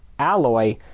alloy